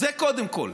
אז זה קודם כול.